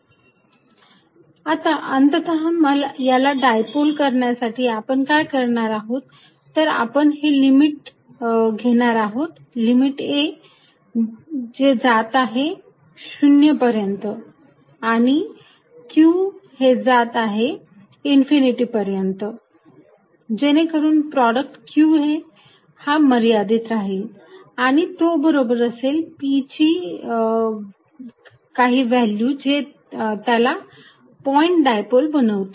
p2qaz आता अंततः याला डायपोल करण्यासाठी आपण काय करणार आहोत तर आपण हे लिमिट घेणार आहोत लिमिट 'a' हे जात आहे 0 पर्यंत आणि q हे जात आहे इन्फिनिटी पर्यंत जेणेकरून प्रॉडक्ट qa हा मर्यादित राहील आणि तो बरोबर असेल p ची काही व्हॅल्यू जे त्याला पॉईंट डायपोल बनवतो